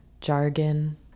jargon